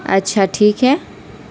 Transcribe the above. اچھا ٹھیک ہے